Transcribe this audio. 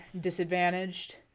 disadvantaged